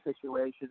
situation